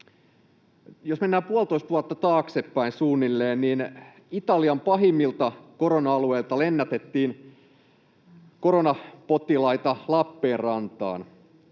suunnilleen puolitoista vuotta taaksepäin, niin Italian pahimmilta korona-alueilta lennätettiin koronapotilaita Lappeenrantaan.